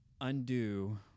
undo